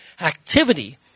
activity